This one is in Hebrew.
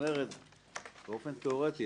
באופן תיאורטי,